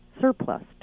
Surplus